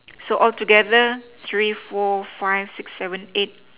so altogether three four five six seven eight